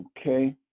okay